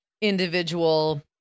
individual